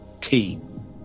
team